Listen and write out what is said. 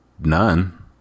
none